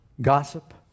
gossip